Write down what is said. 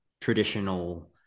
traditional